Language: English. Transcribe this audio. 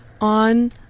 On